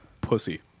pussy